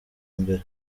mbere